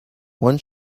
one